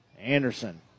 Anderson